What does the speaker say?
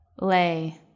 lay